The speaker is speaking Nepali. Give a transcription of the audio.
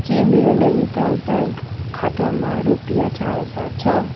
के मेरो नैनिताल ब्याङ्क खातामा रुपियाँ चार हजार छ